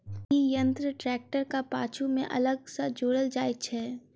ई यंत्र ट्रेक्टरक पाछू मे अलग सॅ जोड़ल जाइत छै